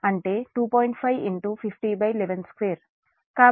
కాబట్టి అది 1